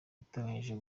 iteganyijwe